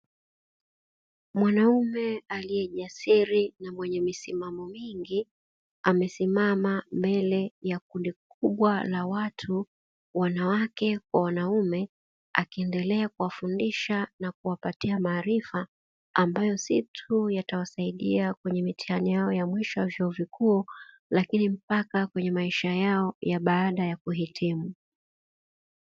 Mwanaume aliyejasiri na mwenye misimamo mingi amesimama mbele ya kundi kubwa la watu wanawake kwa wanaume, akiendelea kuwafundisha na kuwapatia maarifa ambayo si tu yatawasaidia kwenye mitihani yao ya mwisho ya chuo kikuu, lakini mpaka kwenye maisha yao ya baada ya kuhitimu.